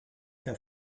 per